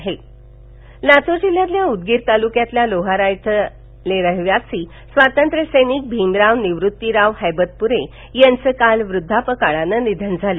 हैवतपरे निधन लातूर जिल्ह्यातील उदगीर तालुक्यातील लोहारा इथले रहिवासी स्वातंत्र्य सैनिक भिमराव निवृत्तीराव हैबतपुरे यांचं काल वृध्दापकाळानं निधन झालं